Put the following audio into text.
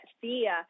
fear